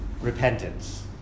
repentance